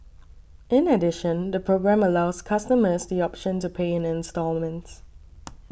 in addition the programme allows customers the option to pay in instalments